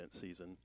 season